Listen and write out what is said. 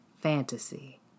Fantasy